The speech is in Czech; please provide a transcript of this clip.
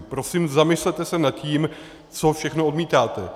Prosím, zamyslete se nad tím, co všechno odmítáte.